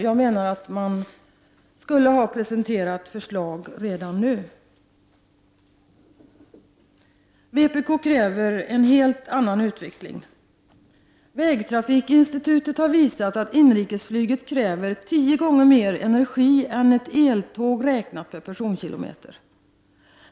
Jag menar att man skulle ha presenterat förslag redan nu. Vpk kräver en helt annan utveckling. Vägtrafikinstitutet har visat att inrikesflyget räknat per personkilometer kräver tio gånger mer energi än ett eltåg.